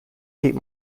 keep